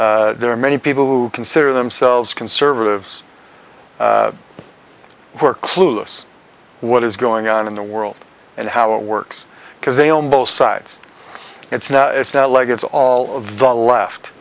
there are many people who consider themselves conservatives who are clueless what is going on in the world and how it works because they own both sides it's not it's not like it's all of the left